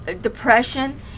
depression